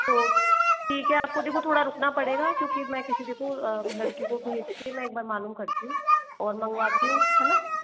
तो ठीक है आपको देखो थोड़ा रुकना पड़ेगा क्योंकि मैं किसी देखो लड़के को भेज के मैं एक बार मालूम करती हूँ और मँगवाती हूँ है ना